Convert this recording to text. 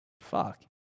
Fuck